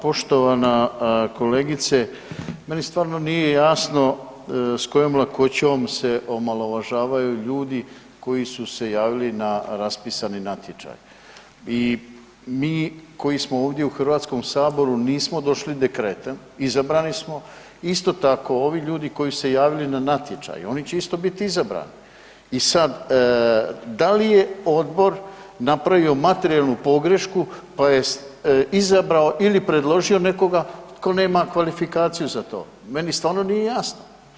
Poštovana kolegice, meni stvarno nije jasno s kojom lakoćom se omalovažavaju ljudi koji su se javili na raspisani natječaj i mi koji smo ovdje u Hrvatskom saboru nismo došli dekretom, izabrani smo, isto tako ovi ljudi koji se javljaju na natječaj, oni će isto bit izabrani i sad da li je odbor napravio materijalnu pogrešku pa je izabrao ili predložio nekoga tko nema kvalifikaciju za to, meni stvarno nije jasno.